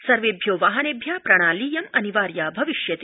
सर्वेभ्यो वाहनेभ्य प्रणालीयं अनिवार्या भविष्यति